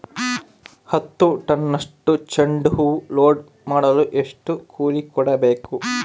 ಹತ್ತು ಟನ್ನಷ್ಟು ಚೆಂಡುಹೂ ಲೋಡ್ ಮಾಡಲು ಎಷ್ಟು ಕೂಲಿ ಕೊಡಬೇಕು?